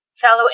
fellow